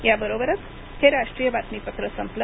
या बरोबरच हे राष्ट्रीय बातमीपत्र संपलं